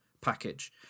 package